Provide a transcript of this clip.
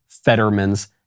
Fetterman's